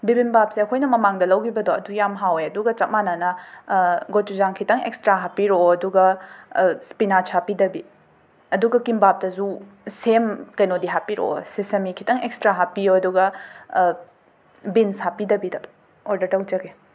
ꯕꯤꯕꯤꯝꯕꯥꯞꯁꯦ ꯑꯈꯣꯏꯅ ꯃꯃꯥꯡꯗ ꯂꯧꯈꯤꯕꯗꯣ ꯑꯗꯨ ꯌꯥꯝ ꯍꯥꯎꯋꯦ ꯑꯗꯨꯒ ꯆꯞ ꯃꯥꯟꯅꯅ ꯒꯣꯆꯨꯖꯥꯡ ꯈꯤꯇꯪ ꯑꯦꯛꯁꯇ꯭ꯔꯥ ꯍꯥꯞꯄꯤꯔꯣꯑꯣ ꯑꯗꯨꯒ ꯁ꯭ꯄꯤꯅꯥꯆ ꯍꯥꯞꯄꯤꯗꯕꯤ ꯑꯗꯨꯒ ꯀꯤꯝꯕꯥꯞꯇꯖꯨ ꯁꯦꯝ ꯀꯩꯅꯣꯗꯤ ꯍꯥꯞꯄꯔꯑꯣ ꯁꯤꯁꯃꯤ ꯈꯤꯇꯪ ꯑꯦꯛꯁꯇ꯭ꯔꯥ ꯍꯥꯞꯄꯤꯌꯣ ꯑꯗꯨꯒꯥ ꯕꯤꯟꯁ ꯍꯥꯞꯄꯤꯗꯕꯤꯗ ꯑꯣꯔꯗꯔ ꯇꯧꯖꯒꯦ